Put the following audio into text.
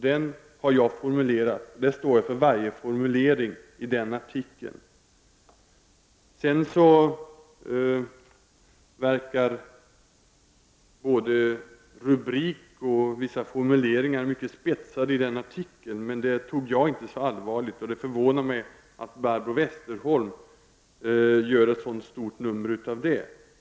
Denna artikel har jag formulerat, och jag står för varje formulering i den artikeln. Både rubriken och vissa formuleringar i artikeln verkar mycket tillspetsade. Jag tog emellertid inte så allvarligt på detta, och det förvånar mig att Barbro Westerholm gör ett sådant stort nummer av det.